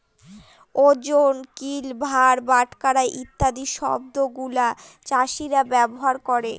ওজন, কিল, ভার, বাটখারা ইত্যাদি শব্দগুলা চাষীরা ব্যবহার করে